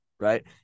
right